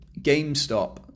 GameStop